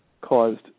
caused